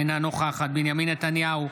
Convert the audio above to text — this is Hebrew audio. אינה נוכחת בנימין נתניהו,